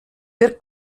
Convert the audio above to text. per